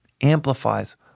amplifies